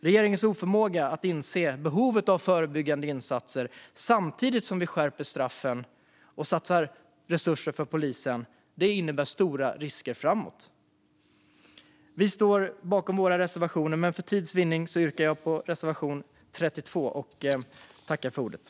Regeringens oförmåga att inse behovet av förebyggande insatser samtidigt som vi skärper straffen och satsar på polisen innebär stora risker framåt. Vi står bakom våra reservationer, men för tids vinnande yrkar jag bifall endast till reservation 32.